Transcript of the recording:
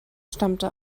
stammte